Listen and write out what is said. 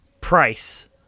price